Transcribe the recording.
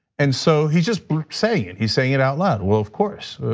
and so, he's just saying it. he's saying it out loud, well of course,